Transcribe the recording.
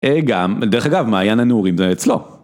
גם, דרך אגב, מעיין הנעורים זה אצלו.